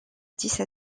dix